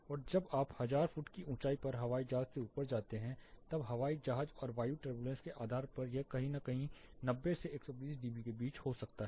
और जब आप 1000 फुट की ऊँचाई पर हवाई जहाज से ऊपर जाते हैं तब हवाई जहाज और वायु टर्बूलेंस के आधार पर यह कहीं 90 से 120 डीबी के बीच हो सकता है